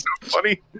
funny